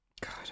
God